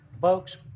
Folks